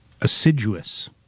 assiduous